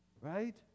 Right